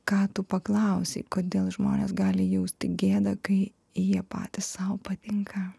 ką tu paklausei kodėl žmonės gali jausti gėdą kai jie patys sau patinka